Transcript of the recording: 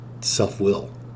self-will